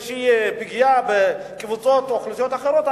ריח של איזו פגיעה בקבוצות אוכלוסייה אחרות.